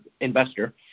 investor